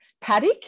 paddock